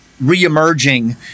re-emerging